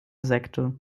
sekte